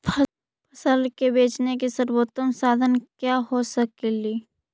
फसल के बेचने के सरबोतम साधन क्या हो सकेली?